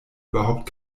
überhaupt